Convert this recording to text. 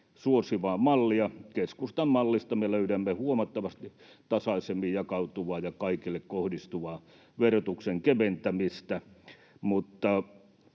suosivaa mallia. Keskustan mallista me löydämme huomattavasti tasaisemmin jakautuvaa ja kaikille kohdistuvaa verotuksen keventämistä.